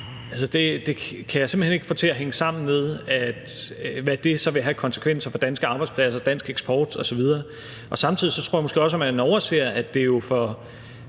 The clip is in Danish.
det, kan jeg simpelt hen ikke få til at hænge sammen med, hvad det så vil have af konsekvenser for danske arbejdspladser, dansk eksport osv. Samtidig tror jeg måske også, at man overser, at det jo for